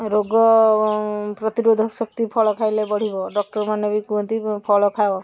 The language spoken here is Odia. ରୋଗ ପ୍ରତିରୋଧକ ଶକ୍ତି ଫଳ ଖାଇଲେ ବଢ଼ିବ ଡକ୍ଟରମାନେ ବି କୁହନ୍ତି ଫଳ ଖାଅ